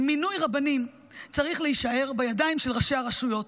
מינוי רבנים צריך להישאר בידיים של ראשי הרשויות,